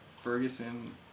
Ferguson